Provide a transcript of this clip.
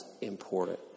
important